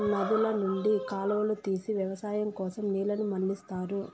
నదుల నుండి కాలువలు తీసి వ్యవసాయం కోసం నీళ్ళను మళ్ళిస్తారు